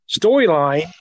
storyline